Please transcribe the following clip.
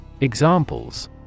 Examples